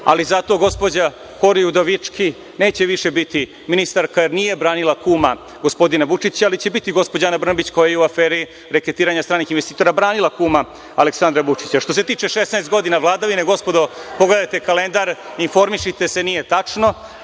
ali zato gospođa Kori Udovički neće više biti ministarka, jer nije branila kuma gospodina Vučića, ali će biti gospođa Ana Brnabić, koja je i u aferi reketiranja stranih investitora branila kuma Aleksandra Vučića. Što se tiče 16 godina vladavine, gospodo, pogledajte kalendar, informišite se, nije tačno